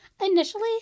Initially